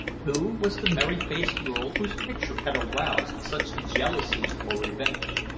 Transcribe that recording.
who was the merry-faced girl whose picture had aroused such jealousy or revenge?